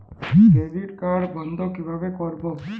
Credit card বন্ধ কিভাবে করবো?